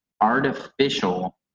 artificial